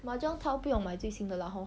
mahjong tile 不用买最新的 lah hor